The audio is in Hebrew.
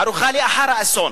ערוכה לאחר האסון.